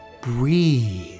breathe